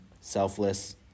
selfless